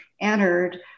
entered